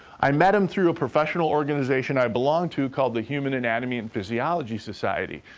i met him through a professional organization i belong to called the human anatomy and physiology society.